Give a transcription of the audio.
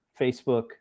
Facebook